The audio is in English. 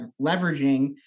leveraging